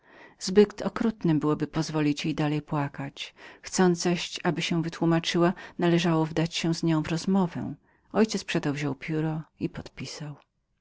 zbyt okrutnem byłoby pozwolić jej dalej płakać chcąc zaś aby się wytłumaczyła należało wdać się z nią w rozmowę mój ojciec przeto wziął pióro podpisał